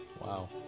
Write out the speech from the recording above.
Wow